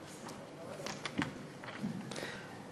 בבקשה.